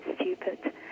stupid